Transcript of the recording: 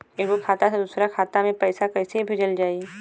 एगो खाता से दूसरा खाता मे पैसा कइसे भेजल जाई?